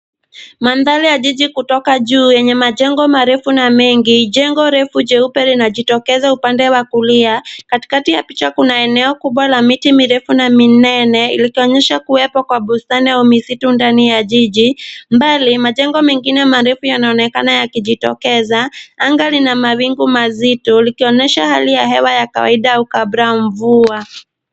Mandhari ya jiji kutoka juu yenye majengo marefu na mengi, jengo refu jeupe linajitokeza upande wa kulia. Katikati ya picha kuna eneo kubwa la miti mirefu na minene likionyesha kuwepo kwa bustani au misitu ndani ya jiji. Mbali, majengo mengine marefu yanaonekana yakijitokeza. Anga lina mawingu mazito likionyesha hali ya hewa ya kawaida au kabla ya mvua.